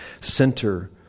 Center